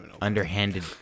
Underhanded